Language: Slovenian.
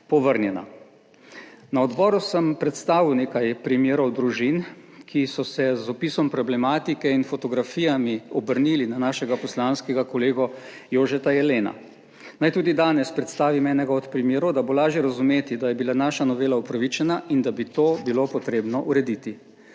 povrnjena. Na odboru sem predstavil nekaj primerov družin, ki so se z opisom problematike in fotografijami obrnili na našega poslanskega kolega Jožeta Jelena. Naj tudi danes predstavim enega od primerov, da bo lažje razumeti, da je bila naša novela upravičena in da bi to bilo potrebno urediti.